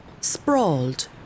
sprawled